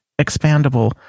expandable